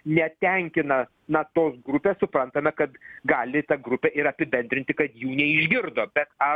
netenkina na tos grupės suprantame kad gali ta grupė ir apibendrinti kad jų neišgirdo bet ar